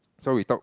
so we took